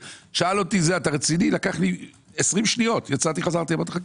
לקח לי 20 שניות להגיע להסכמות.